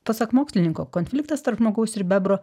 pasak mokslininko konfliktas tarp žmogaus ir bebro